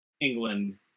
england